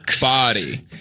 body